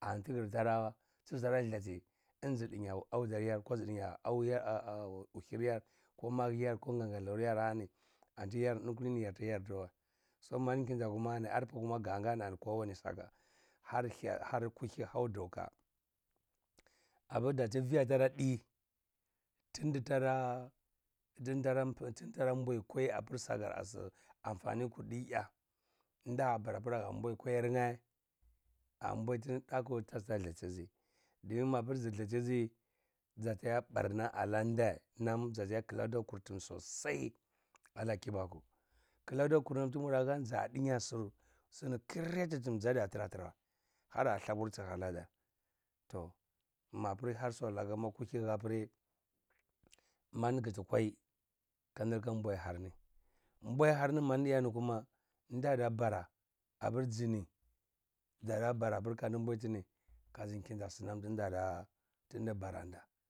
antigr tara tz tara hyati ini zɗinya auɗar yara ko zɗnya augya uhiryar alani anitiyar ini alani ni anitiyar ini alani ni yartiyarɗawa manɗi kinta kuma ani arpu kuma gang ani ani kowani saka har hya har kuhi hau ɗvoka apr ɗar tviya tara ɗi tnɗtara nɗntara nɗntara mbwai kwai apr sakr amfanikur ti zya nɗa hapr pr mbwai kwaiyirnae ambwai tini ɗaku tazta ɗthlitizi za ta zya barna alanɗae nam za ɗiya klaɗor kurtum sosai ala kibaku klaɗokur nam tmura hani za ɗinya sosai za ɗinya sir sni kret tn zaɗiya trawa har thabursi lala ɗar tou mapri har swalar ma ama kuhini apri manɗi kti kwai kanɗlka mwai larni mbwai harni manɗiyani kuma nɗa ɗa bara apr zni zaɗa bara apr kanɗn mbwaitini kazn kinta snam tnɗala tnɗa baranɗa.